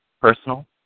Personal